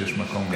יש גם מקום.